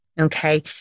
Okay